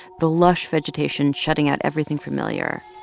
the lush vegetation shutting out everything familiar